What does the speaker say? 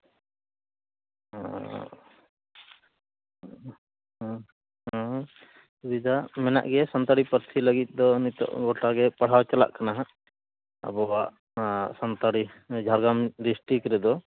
ᱦᱮᱸ ᱥᱩᱵᱤᱫᱟ ᱢᱮᱱᱟᱜ ᱜᱮᱭᱟ ᱥᱟᱱᱛᱟᱞᱤ ᱯᱟᱹᱨᱥᱤ ᱞᱟᱹᱜᱤᱫ ᱫᱚ ᱱᱤᱛᱳᱜ ᱜᱚᱴᱟ ᱜᱮ ᱯᱟᱲᱦᱟᱣ ᱪᱟᱞᱟᱜ ᱠᱟᱱᱟ ᱦᱟᱸᱜ ᱟᱵᱚᱣᱟᱜ ᱥᱟᱱᱛᱟᱲᱤ ᱡᱷᱟᱲᱜᱨᱟᱢ ᱰᱤᱥᱴᱤᱠ ᱨᱮᱫᱚ